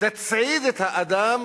תצעיד את האדם